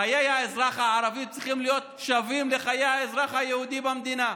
חיי האזרח הערבי צריכים להיות שווים לחיי האזרח היהודי במדינה.